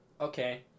okay